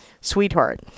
sweetheart